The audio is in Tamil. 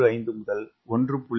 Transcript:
15 அல்லது 1